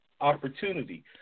opportunity